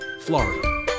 Florida